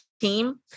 team